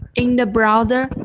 in the browser,